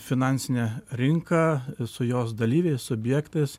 finansine rinka su jos dalyviais subjektais